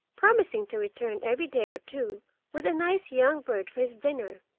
promising to return every day or two with a nice young bird for his dinner.